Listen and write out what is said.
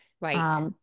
right